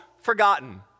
forgotten